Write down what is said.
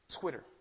twitter